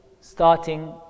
starting